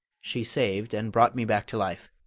she saved, and brought me back to life.